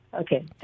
Okay